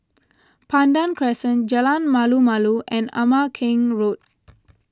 Pandan Crescent Jalan Malu Malu and Ama Keng Road